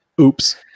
Oops